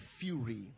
fury